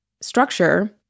structure